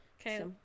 Okay